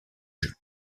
jeux